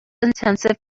intensive